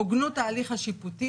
הוגנות ההליך השיפוטי,